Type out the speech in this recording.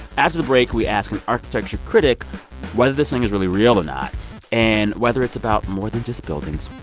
after the break, we ask an architecture critic whether this thing is really real or not and whether it's about more than just buildings.